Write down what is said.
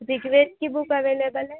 ऋग्वेद की book available है